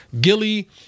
Gilly